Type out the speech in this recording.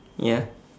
ya